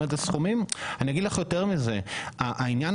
אני אגיד לך יותר מזה, העניין